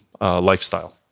lifestyle